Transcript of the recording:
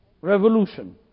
revolution